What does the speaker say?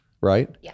right